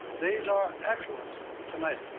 these are excellent tomatoes.